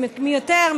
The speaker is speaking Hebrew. מי יותר,